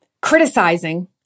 criticizing